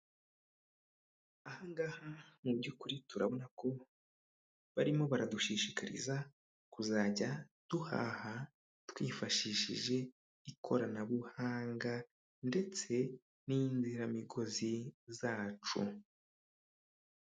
Aha ngaha mu by'ukuri turabona ko barimo baradushishikariza kuzajya duhaha twifashishije ikoranabuhanga ndetse n'inziramigozi zacu.